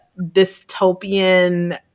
dystopian